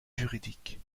juridiques